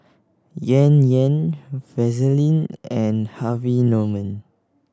Yan Yan Vaseline and Harvey Norman